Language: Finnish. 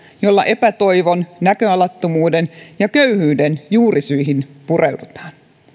jolla epätoivon näköalattomuuden ja köyhyyden juurisyihin pureudutaan